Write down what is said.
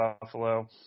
Buffalo